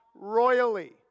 royally